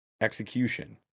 execution